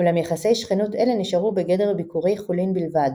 אולם יחסי שכנות אלה נשארו בגדר ביקורי חולין בלבד